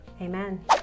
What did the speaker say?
Amen